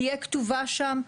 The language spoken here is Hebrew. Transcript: תהיה כתובה שם,